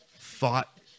thought